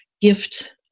gift